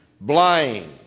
blind